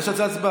יש על זה הצבעה.